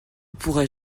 pourrais